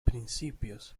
principios